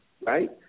right